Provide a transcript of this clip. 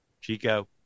Chico